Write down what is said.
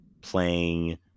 playing